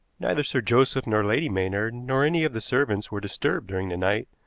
neither sir joseph nor lady maynard nor any of the servants were disturbed during the night,